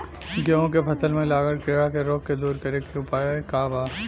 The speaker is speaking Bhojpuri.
गेहूँ के फसल में लागल कीड़ा के रोग के दूर करे के उपाय का बा?